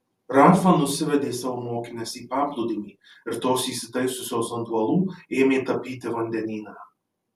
rafa nusivedė savo mokines į paplūdimį ir tos įsitaisiusios ant uolų ėmė tapyti vandenyną